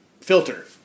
filter